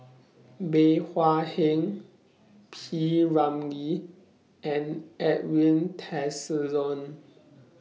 Bey Hua Heng P Ramlee and Edwin Tessensohn